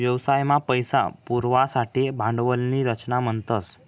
व्यवसाय मा पैसा पुरवासाठे भांडवल नी रचना म्हणतस